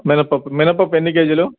మినప్పప్పు మినప్పప్పు ఎన్ని కేజీలు